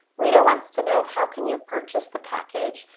rita wants to know how can you purchase the package.